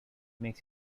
makes